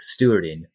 stewarding